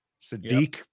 Sadiq